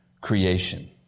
creation